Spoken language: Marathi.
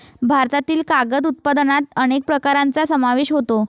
भारतातील कागद उत्पादनात अनेक प्रकारांचा समावेश होतो